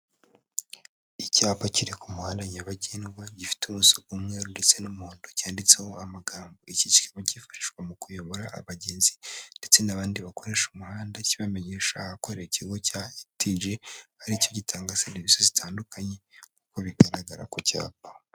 Icyapa kiri ku muhanda nyabagendwa gifite ubuso bw'umweru ndetse n'umuhondo cyanditseho amagambo. Iki kigo kifashishwa mu kuyobora abagenzi ndetse n'abandi bakoresha umuhanda kibamenyesha ko ari ikigo cya ETG ari cyo gitanga serivisi zitandukanye uko bigaragara ku cyapa.